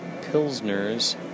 pilsners